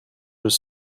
was